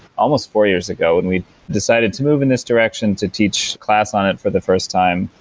almost four years ago when we decided to move in this direction to teach class on it for the first time,